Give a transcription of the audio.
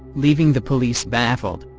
leaving the police baffled.